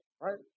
right